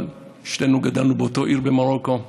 שנינו גדלנו באותה עיר במרוקו,